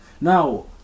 Now